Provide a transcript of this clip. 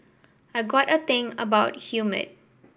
I got a thing about humid